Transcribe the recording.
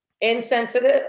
insensitive